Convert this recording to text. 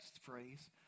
phrase